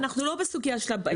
אנחנו לא בסוגייה של הדקות.